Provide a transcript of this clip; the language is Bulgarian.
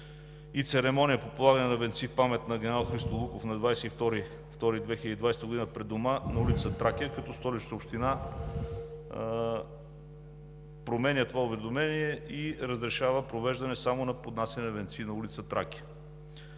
и церемония по полагане на венци в памет на генерал Христо Луков на 22 февруари 2020 г. пред дома на ул. „Тракия“, като Столична община променя това уведомление и разрешава провеждане само поднасяне на венци на ул. „Тракия“.